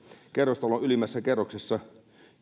kerrostalon ylimmässä kerroksessa